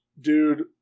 dude